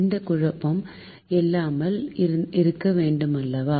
எந்த குழப்பமும் இல்லாமல் இருக்க வேண்டுமல்லவா